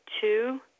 two